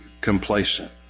complacent